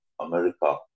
America